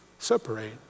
Separate